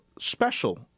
special